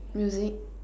music